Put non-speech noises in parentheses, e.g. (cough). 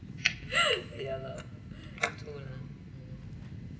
(laughs) ya lah true lah mm